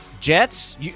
Jets